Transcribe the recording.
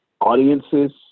audiences